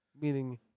meaning